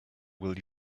will